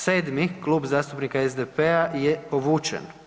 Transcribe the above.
7. Klub zastupnika SDP-a je povučen.